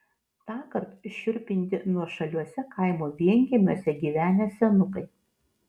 tąkart šiurpinti nuošaliuose kaimo vienkiemiuose gyvenę senukai